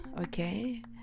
okay